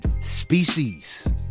species